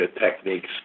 techniques